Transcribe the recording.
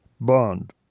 Bond